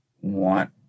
want